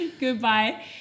goodbye